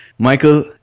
Michael